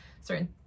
certain